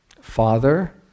father